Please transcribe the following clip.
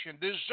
deserve